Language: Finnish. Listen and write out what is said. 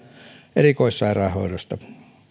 erikoissairaanhoidosta